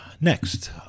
next